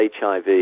HIV